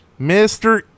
Mr